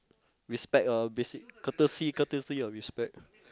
respect ah basic courtesy courtesy or respect